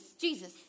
Jesus